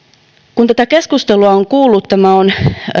kun tätä keskustelua on kuullut tämä on